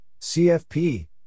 CFP